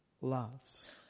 loves